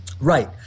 Right